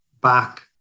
back